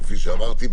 כפי שאמרתי,